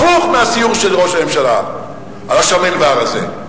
הפוך מהציור של ראש הממשלה על השמן והרזה.